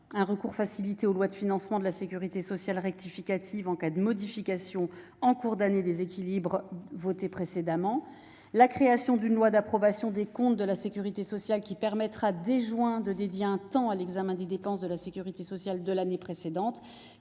au recours facilité aux lois de financement de la sécurité sociale rectificatives en cas de modification, en cours d'année, des équilibres votés précédemment. Je pense aussi à la création d'une loi d'approbation des comptes de la sécurité sociale (Lacss) qui permettra, dès juin, de dédier un temps à l'examen des dépenses de la sécurité sociale de l'année précédente.